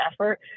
effort